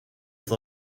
this